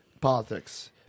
politics